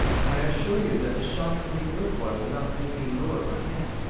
and i assure you that the shot from the iroquois will not make me lower my head.